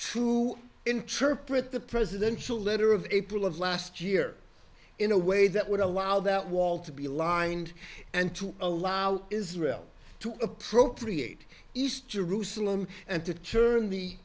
to interpret the presidential letter of april of last year in a way that would allow that wall to be aligned and to allow israel to appropriate east jerusalem and to turn the